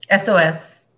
SOS